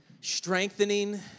strengthening